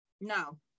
No